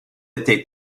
été